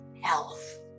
health